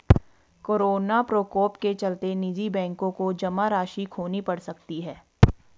corona प्रकोप के चलते निजी बैंकों को जमा राशि खोनी पढ़ सकती है